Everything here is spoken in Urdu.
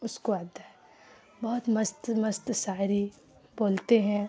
اس کو آتا ہے بہت مست مست شاعری بولتے ہیں